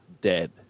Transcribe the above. dead